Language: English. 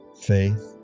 faith